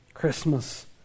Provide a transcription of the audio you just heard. Christmas